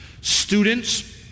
students